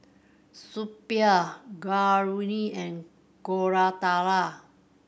Suppiah Gauri and Koratala